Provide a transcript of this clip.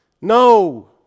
No